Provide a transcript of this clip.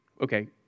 Okay